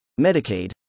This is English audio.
Medicaid